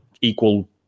equal